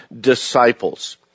disciples